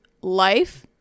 life